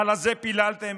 הלזה פיללתם?